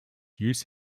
use